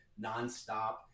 nonstop